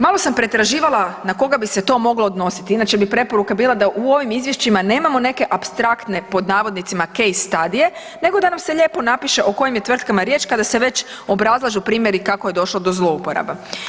Malo sam pretraživala na koga bi se to moglo odnositi, inače bi preporuka bila da u ovim izvješćima nemamo neke apstraktne „kase“ stadije nego da nam se lijepo napiše o kojim je tvrtkama riječ kada se već obrazlažu primjeri kako je došlo do zlouporaba.